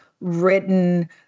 written